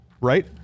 Right